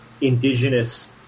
indigenous